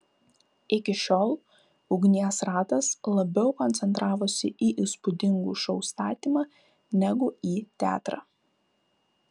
iki šiol ugnies ratas labiau koncentravosi į įspūdingų šou statymą negu į teatrą